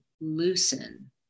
loosen